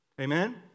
Amen